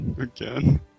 Again